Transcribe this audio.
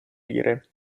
lire